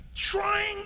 trying